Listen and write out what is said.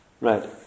right